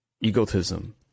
egotism